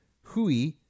Hui